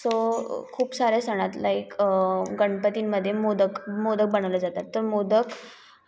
so खूप साऱ्या सणातला एक गणपतींमध्ये मोदक मोदक बनवले जातात तर मोदक